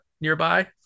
nearby